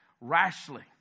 rashly